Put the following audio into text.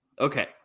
okay